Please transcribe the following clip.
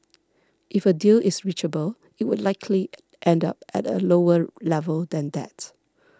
if a deal is reachable it would likely end up at a lower level than that